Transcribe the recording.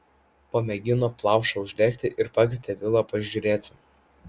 pamėgino plaušą uždegti ir pakvietė vilą pažiūrėti